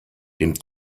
dem